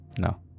no